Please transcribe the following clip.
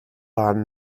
ann